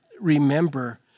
remember